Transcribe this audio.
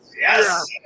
Yes